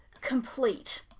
complete